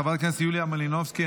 חברת הכנסת יוליה מלינובסקי,